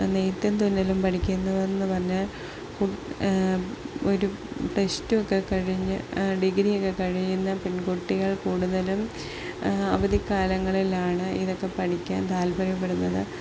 നെയ്ത്തും തുന്നലും പഠിക്കുന്നതെന്ന് പറഞ്ഞാല് ഒരു പ്ലസ് ടു ഒക്കെ കഴിഞ്ഞ് ഡിഗ്രി ഒക്കെ കഴിയുന്ന പെൺകുട്ടികൾ കൂടുതലും അവധിക്കാലങ്ങളിലാണ് ഇതൊക്കെ പഠിക്കാൻ താൽപര്യപ്പെടുന്നത്